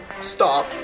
stop